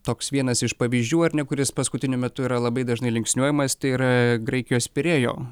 toks vienas iš pavyzdžių ar ne kuris paskutiniu metu yra labai dažnai linksniuojamas tai yra graikijos pirėjo